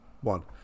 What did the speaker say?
One